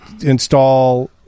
install